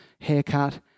haircut